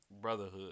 brotherhood